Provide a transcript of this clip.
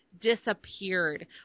disappeared